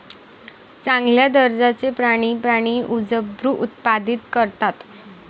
चांगल्या दर्जाचे प्राणी प्राणी उच्चभ्रू उत्पादित करतात